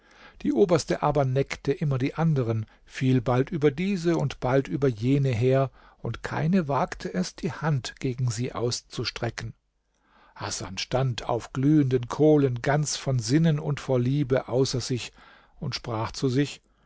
die oberste aber neckte immer die andern fiel bald über diese und bald über jene her und keine wagte es die hand gegen sie auszustrecken hasan stand auf glühenden kohlen ganz von sinnen und vor liebe außer sich und sprach zu sich